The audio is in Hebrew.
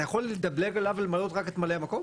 אתה יכול לדלג עליו ולמנות רק את ממלא המקום?